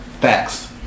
Facts